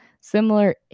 similar